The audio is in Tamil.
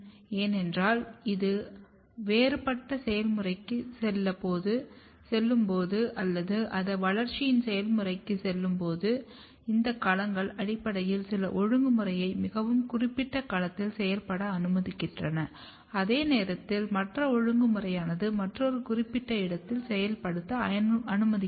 ஏனென்றால் அது வேறுபட்ட செயல்முறைக்குச் செல்ல போது அல்லது அது வளர்ச்சியின் செயல்முறைக்குச் செல்ல போது இந்த களங்கள் அடிப்படையில் சில ஒழுங்குமுறையை மிகவும் குறிப்பிட்ட களத்தில் செயல்பட அனுமதிக்கின்றன அதே நேரத்தில் மற்ற ஒழுங்குமுறையானது மற்றொரு குறிப்பிட்ட இடத்தில் செயல்பட அனுமதிக்கிறது